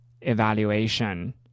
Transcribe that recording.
evaluation